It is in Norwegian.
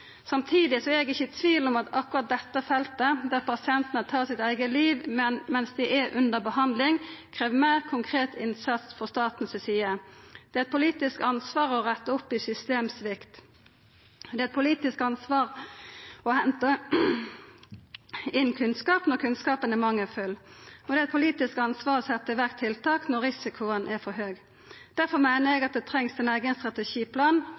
Samtidig er eg ikkje i tvil om at akkurat dette feltet der pasientane tar sitt eige liv mens dei er under behandling, krev meir konkret innsats frå statens side. Det er eit politisk ansvar å retta opp i systemsvikt. Det er eit politisk ansvar å henta inn kunnskap når kunnskapen er mangelfull. Det er eit politisk ansvar å setja i verk tiltak når risikoen er for høg. Derfor meiner eg at det trengst ein eigen strategiplan